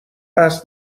قصد